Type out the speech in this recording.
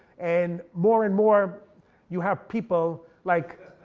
and more and more you have people like,